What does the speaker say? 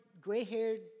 gray-haired